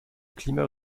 climat